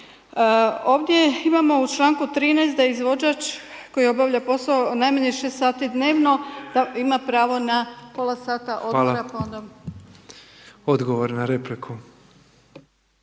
Ovdje imamo u čl. 13. da izvođač koji obavlja poslove najmanje 6 h dnevno, ima pravo na pola sata odgovora, pa onda …/Govornik